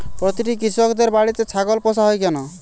প্রতিটি কৃষকদের বাড়িতে ছাগল পোষা হয় কেন?